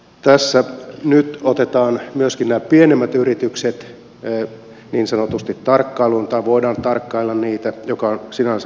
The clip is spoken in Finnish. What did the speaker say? tässä nyt otetaan myöskin nämä pienemmät yritykset niin sanotusti tarkkailuun voidaan tarkkailla niitä mikä on sinänsä hyvä asia